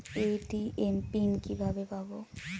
ATM PIN কিভাবে পাবো?